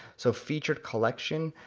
so featured collection,